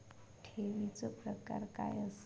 ठेवीचो प्रकार काय असा?